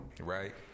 Right